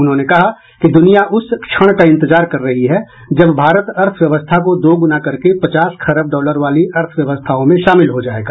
उन्होंने कहा कि दुनिया उस क्षण का इंतजार कर रही है जब भारत अर्थव्यवस्था को दोग्ना करके पचास खरब डॉलर वाली अर्थव्यवस्थाओं में शामिल हो जाएगा